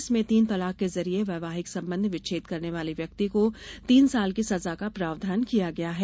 इसमें तीन तलाक के जरिए वैवाहिक संबंध विच्छेद करने वाले व्यक्ति को तीन साल की संजा का प्रावधान किया गया है